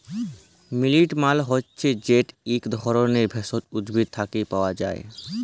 মিল্ট মালে হছে যেট ইক ধরলের ভেষজ উদ্ভিদ থ্যাকে পাওয়া যায়